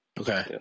Okay